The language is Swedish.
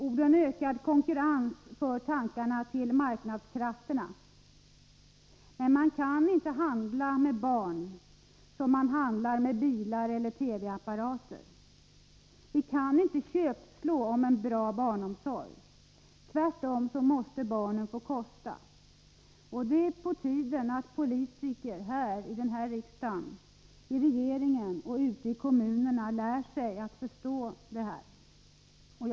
Orden ökad konkurrens för tankarna till marknadskrafterna. Men man kan inte handla med barn som man handlar med bilar eller TV-apparater. Vi kan inte köpslå om en bra barnomsorg. Tvärtom måste barnen få kosta. Och det är på tiden att politiker här i riksdagen, i regeringen och ute i kommunerna lär sig att förstå detta.